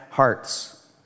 hearts